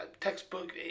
textbook